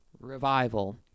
revival